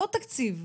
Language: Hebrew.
לא תקציב.